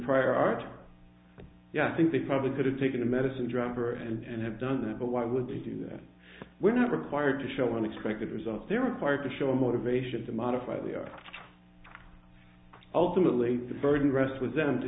prior art yeah i think they probably could have taken a medicine dropper and have done that but why would they do that we're not required to show unexpected results they're required to show a motivation to modify they are ultimately the burden rests with them to